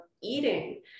eating